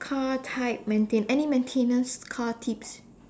car type maintain~ any maintenance car tips